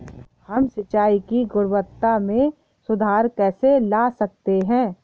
हम सिंचाई की गुणवत्ता में सुधार कैसे ला सकते हैं?